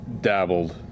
dabbled